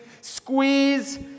squeeze